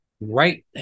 right